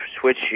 switch